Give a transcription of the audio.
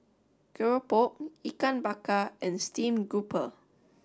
Keropok Ikan Bakar and Steamed Grouper